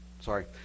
Sorry